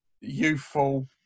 youthful